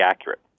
accurate